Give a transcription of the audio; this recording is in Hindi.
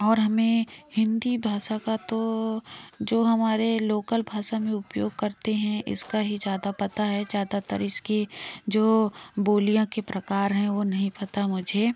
और हमें हिंदी भाषा का तो जो हमारे लोकल भाषा में उपयोग करते हैं इसका ही ज़्यादा पता है ज़्यादातर इसकी जो बोलियाँ के प्रकार हैं वो नहीं पता मुझे